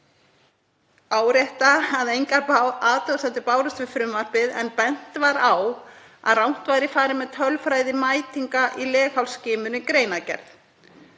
árétta að engar athugasemdir bárust við frumvarpið en bent var á að rangt væri farið með tölfræði mætinga í leghálsskimun í greinargerð,